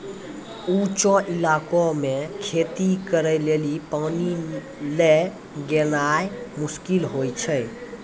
ऊंचो इलाका मे खेती करे लेली पानी लै गेनाय मुश्किल होय छै